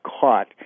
caught